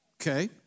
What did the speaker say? Okay